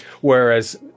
whereas